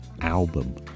album